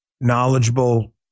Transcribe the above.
knowledgeable